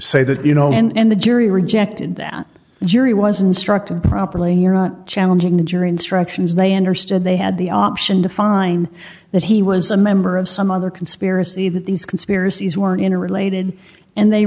say that you know and the jury rejected that the jury was instructed properly you're not challenging the jury instructions they understood they had the option to fine that he was a member of some other conspiracy that these conspiracies were in a related and they